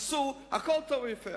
עשו הכול טוב ויפה,